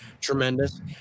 tremendous